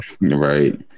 Right